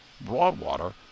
Broadwater